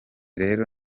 rero